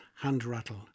hand-rattle